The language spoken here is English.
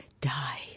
die